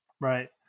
Right